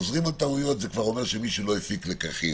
כשחוזרים על טעויות זה כבר אומר שמישהו לא הפיק לקחים.